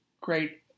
great